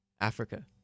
africa